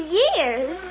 years